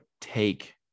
take